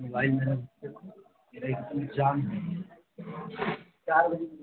नहीं भाई जान नहीं हैं